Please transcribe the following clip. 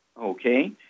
Okay